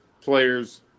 players